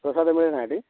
ପ୍ରସାଦ ମିଳେ ନା ସେଠି